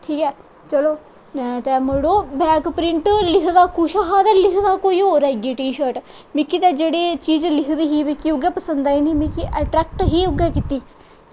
ठीक ऐ चलो ते मड़ो बैक प्रिंट लिखे दा कुछ होर हा ते लिखे दा कोई होर आई गेआ टीशर्ट मिगी ते जेह्की चीज लिखी दी ही मिगी ते उऐ पसंद आई निं मिगी अट्रैक्ट ही उऐ कीती